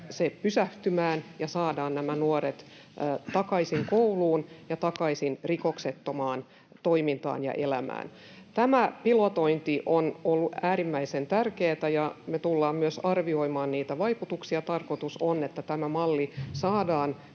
se pysähtymään ja saadaan nämä nuoret takaisin kouluun ja takaisin rikoksettomaan toimintaan ja elämään. Tämä pilotointi on ollut äärimmäisen tärkeätä, ja me tullaan myös arvioimaan niitä vaikutuksia. Tarkoitus on, että tämä malli saadaan